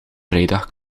vrijdag